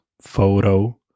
photo